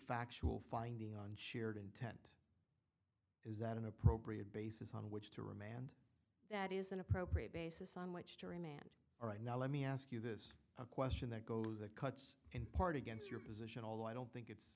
factual finding on shared intent is that an appropriate basis on which to remand that is an appropriate basis on went all right now let me ask you this a question that goes that cuts in part against your position although i don't think it's